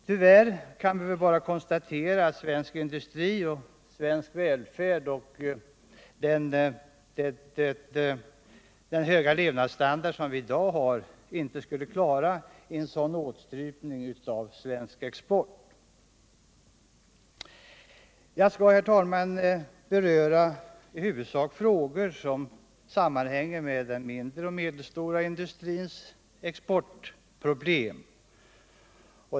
Det är tyvärr bara att konstatera att svensk industri, svensk välfärd och den höga levnadsstandard vi har inte skulle klara en sådan åtstramning av den svenska exporten. Herr talman! Jag skall i huvudsak beröra frågor som sammanhänger med den mindre och medelstora industrins exportproblem.